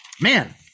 man